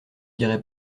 dirai